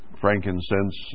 frankincense